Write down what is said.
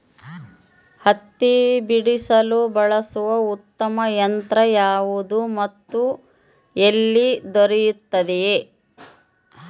ಹತ್ತಿ ಬಿಡಿಸಲು ಬಳಸುವ ಉತ್ತಮ ಯಂತ್ರ ಯಾವುದು ಮತ್ತು ಎಲ್ಲಿ ದೊರೆಯುತ್ತದೆ?